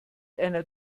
einer